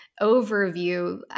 overview